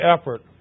effort